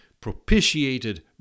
propitiated